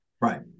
Right